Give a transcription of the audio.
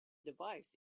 device